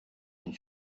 une